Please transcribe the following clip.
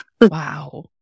Wow